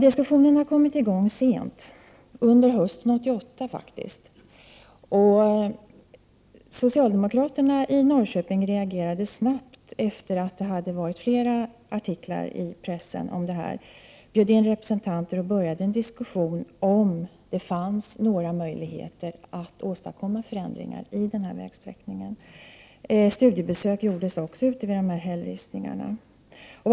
Diskussionen har kommit i gång sent, så sent som under hösten 1988. Socialdemokraterna i Norrköping reagerade snabbt efter att det hade varit flera artiklar i pressen om detta. Socialdemokraterna bjöd in representanter från olika håll och drog i gång en diskussion om huruvida det fanns några möjligheter att åstadkomma förändringar av denna vägsträckning. Studiebesök gjordes också vid dessa hällristningar.